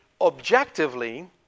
Objectively